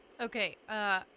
Okay